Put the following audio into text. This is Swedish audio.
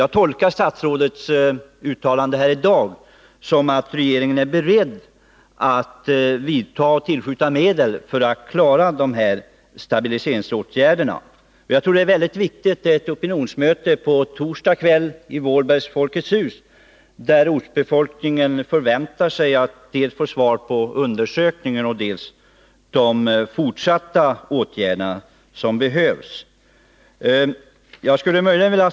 Jag tolkar statsrådets uttalande i dag som att regeringen är beredd att tillskjuta medel för att klara stabiliseringsåtgärderna. Enligt min mening är det opinionsmöte som hålls på torsdag kväll i Vålbergs Folkets hus mycket viktigt. Ortsbefolkningen väntar då att dels få svar beträffande undersökningen, dels besked om de vidare åtgärder som är nödvändiga.